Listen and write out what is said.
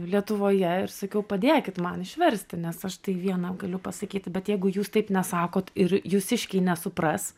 lietuvoje ir sakiau padėkit man išversti nes aš tai viena galiu pasakyti bet jeigu jūs taip nesakot ir jūsiškiai nesupras